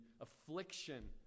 affliction